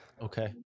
Okay